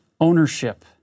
ownership